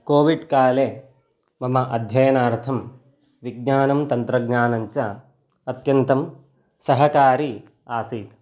कोविड्काले मम अध्ययनार्थं विज्ञानं तन्त्रज्ञानञ्च अत्यन्तं सहकारी आसीत्